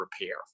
repair